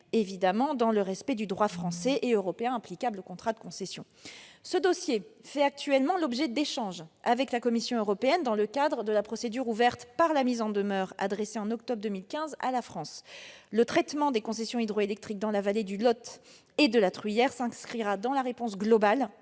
qui devra alors respecter les droits français et européen applicables aux contrats de concession. Ce dossier fait actuellement l'objet d'échanges avec la Commission européenne, dans le cadre de la procédure ouverte par la mise en demeure adressée en octobre 2015 à la France. Le traitement des concessions hydroélectriques dans la vallée du Lot et de la Truyère s'inscrira dans la réponse globale